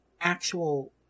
actual